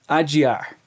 adiar